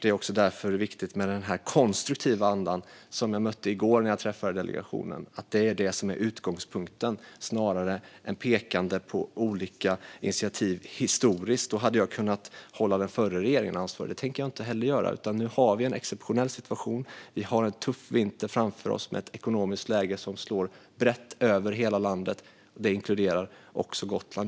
Det är också därför det är viktigt med den konstruktiva anda som jag mötte när jag träffade delegationen i går och att det är den som är utgångspunkten snarare än att peka på olika initiativ historiskt sett. Då hade jag kunnat hålla den förra regeringen ansvarig, men det tänker jag inte göra. Nu har vi en exceptionell situation. Vi har en tuff vinter framför oss med ett ekonomiskt läge som slår brett över hela landet. Det inkluderar också Gotland.